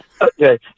Okay